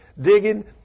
digging